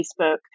Facebook